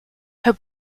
her